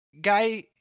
guy